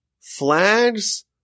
flags